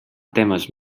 temes